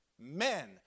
Men